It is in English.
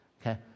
Okay